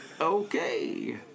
Okay